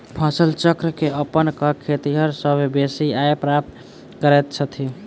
फसल चक्र के अपना क खेतिहर सभ बेसी आय प्राप्त करैत छथि